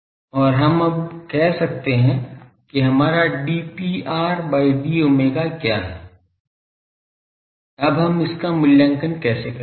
और हम अब कह सकते हैं कि हमारा dPr by d omega क्या है अब हम इसका मूल्यांकन कैसे करेंगे